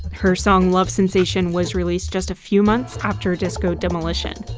her song love sensation was released just a few months after disco demolition.